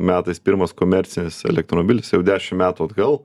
metais pirmas komercinis elektromobilis jau dešim metų atgal